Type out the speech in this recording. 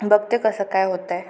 बघते कसं काय होतं आहे